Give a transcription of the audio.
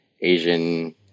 Asian